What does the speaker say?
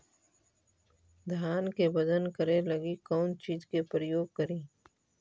धान के बजन करे लगी कौन चिज के प्रयोग करि?